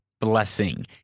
blessing